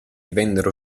vennero